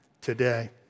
today